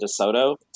DeSoto